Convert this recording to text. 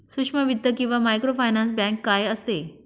सूक्ष्म वित्त किंवा मायक्रोफायनान्स बँक काय असते?